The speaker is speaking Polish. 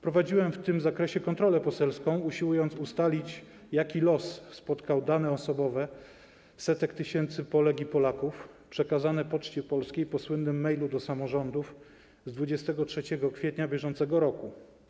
Prowadziłem w tym zakresie kontrolę poselską, usiłując ustalić, jaki los spotkał dane osobowe setek tysięcy Polek i Polaków przekazane Poczcie Polskiej po słynnym mailu do samorządów z 23 kwietnia br.